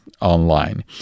online